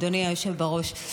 אדוני היושב בראש.